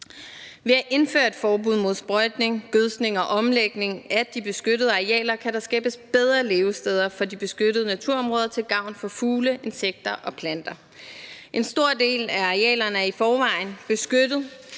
Ved at indføre et forbud mod sprøjtning, gødskning og omlægning af de beskyttede arealer kan der skabes bedre levesteder for de beskyttede naturområder til gavn for fugle, insekter og planter. En stor del af arealerne er i forvejen beskyttet,